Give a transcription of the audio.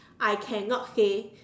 I cannot say